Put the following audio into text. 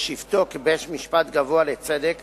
בשבתו כבית-משפט גבוה לצדק